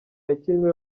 yakinwe